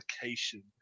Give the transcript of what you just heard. application